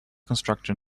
constructed